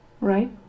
right